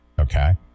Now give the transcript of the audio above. Okay